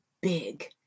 big